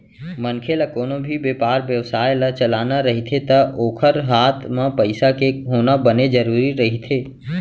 मनखे ल कोनो भी बेपार बेवसाय ल चलाना रहिथे ता ओखर हात म पइसा के होना बने जरुरी रहिथे